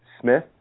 smith